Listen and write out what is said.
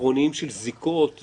עקרוניים של זיקות,